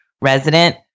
resident